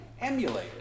emulated